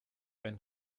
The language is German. wenn